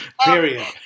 period